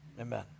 Amen